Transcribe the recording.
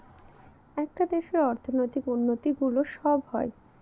একটা দেশের অর্থনৈতিক উন্নতি গুলো সব হয়